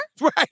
Right